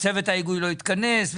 צוות ההיגוי לא התכנס.